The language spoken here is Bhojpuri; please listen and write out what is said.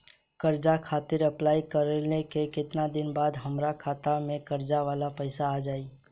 कर्जा खातिर अप्लाई कईला के केतना दिन बाद तक हमरा खाता मे कर्जा वाला पैसा आ जायी?